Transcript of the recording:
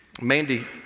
Mandy